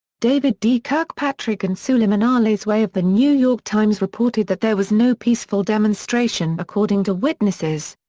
david d. kirkpatrick and suliman ali zway of the new york times reported that there was no peaceful demonstration according to witnesses.